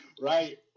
Right